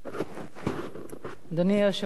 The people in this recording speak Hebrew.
אדוני היושב-ראש,